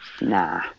Nah